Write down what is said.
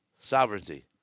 sovereignty